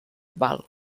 val